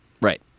Right